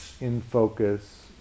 in-focus